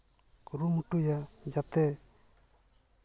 ᱠᱩᱨᱩᱢᱩᱴᱩᱭᱟ ᱡᱟᱛᱮ